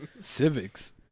civics